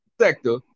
sector